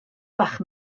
bach